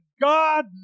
god